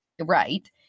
Right